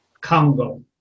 Congo